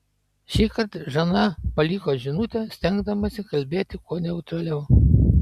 šįkart žana paliko žinutę stengdamasi kalbėti kuo neutraliau